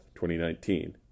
2019